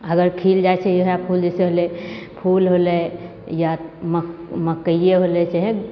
अगर खिल जाए छै वएह फूल जइसे होलै फूल होलै या मक मकैए होलै चाहे